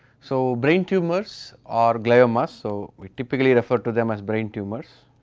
so, brain tumours are gliomas, so we typically refer to them as brain tumours.